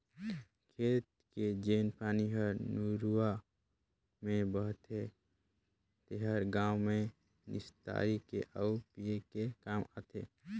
खेत के जेन पानी हर नरूवा में बहथे तेहर गांव में निस्तारी के आउ पिए के काम आथे